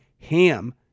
HAM